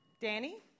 Danny